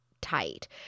tight